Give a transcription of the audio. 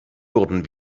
wurden